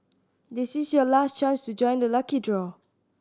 this is your last chance to join the lucky draw